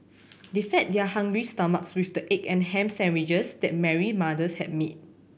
they fed their hungry stomachs with the egg and ham sandwiches that Mary mother's had made